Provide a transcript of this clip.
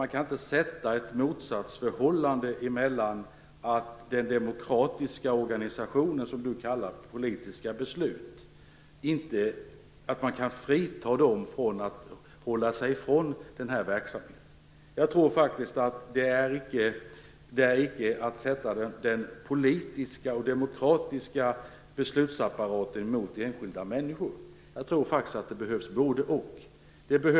Jag tror inte att man skall försöka få den demokratiska organisationen, det som Inga Berggren kallar politiska beslut, att hålla sig ifrån den här verksamheten. Det handlar faktiskt inte om att sätta den politiska och demokratiska beslutsapparaten mot enskilda människor. Det behövs både-och.